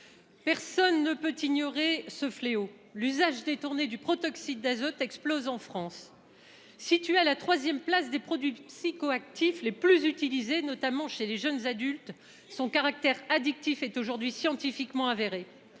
Personne ne peut ignorer ce fléau l'usage détourné du protoxyde d'azote explose en France. Située à la 3ème place des produits psychoactifs, les plus utilisés, notamment chez les jeunes adultes, son caractère addictif est aujourd'hui scientifiquement avéré.